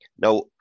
Now